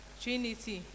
trinity